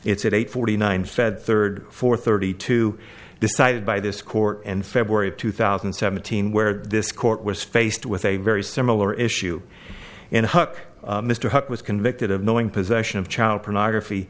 it's at eight forty nine said third four thirty two decided by this court and february of two thousand and seventeen where this court was faced with a very similar issue in huck mr huck was convicted of knowing possession of child pornography